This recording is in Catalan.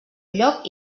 lloc